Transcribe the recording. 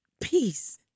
peace